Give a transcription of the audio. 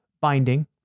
binding